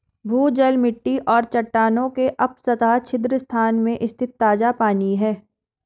भूजल मिट्टी और चट्टानों के उपसतह छिद्र स्थान में स्थित ताजा पानी है